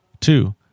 Two